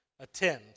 attend